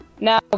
Now